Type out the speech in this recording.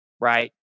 right